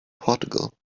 portugal